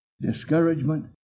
discouragement